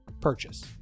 purchase